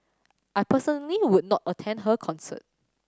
I personally would not attend her concert